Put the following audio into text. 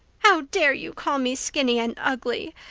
how dare you call me skinny and ugly?